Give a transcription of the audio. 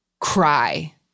cry